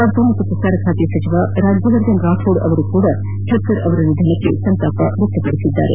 ವಾರ್ತಾ ಮತ್ತು ಪ್ರಸಾರ ಖಾತೆ ಸಚಿವ ರಾಜ್ಯವರ್ಧನ್ ರಾಥೋಡ್ ರಕ್ಷರ್ ಅವರ ನಿಧನಕ್ಕೆ ಸಂತಾಪ ವ್ಯಕ್ತಪದಿಸಿದ್ದಾರೆ